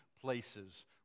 places